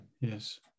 Yes